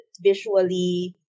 visually